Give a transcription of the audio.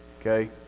okay